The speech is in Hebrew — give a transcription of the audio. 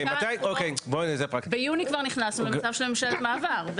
ביוני כבר נכנסנו למצב של ממשלת מעבר.